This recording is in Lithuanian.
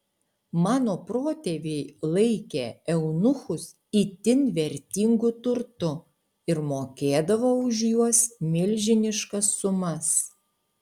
mano protėviai laikė eunuchus itin vertingu turtu ir mokėdavo už juos milžiniškas sumas